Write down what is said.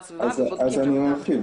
הסביבה ובודקים שם --- אז אני מרחיב.